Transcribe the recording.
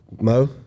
Mo